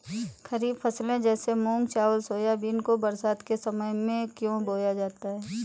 खरीफ फसले जैसे मूंग चावल सोयाबीन को बरसात के समय में क्यो बोया जाता है?